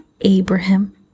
Abraham